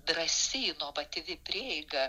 drąsi inovatyvi prieiga